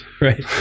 Right